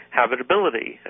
habitability